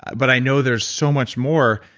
but i know there's so much more,